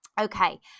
Okay